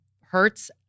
hurts